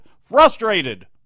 frustrated